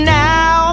now